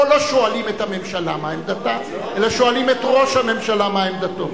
פה לא שואלים את הממשלה מה עמדתה אלא שואלים את ראש הממשלה מהי עמדתו.